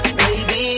baby